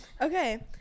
Okay